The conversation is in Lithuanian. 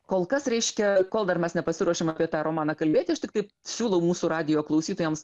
kol kas reiškia kol dar mes nepasiruošėm apie tą romaną kalbėti aš tiktai siūlau mūsų radijo klausytojams